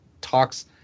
talks